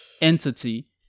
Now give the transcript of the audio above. entity